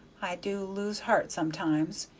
i do lose heart sometimes,